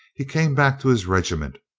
he came back to his regiment.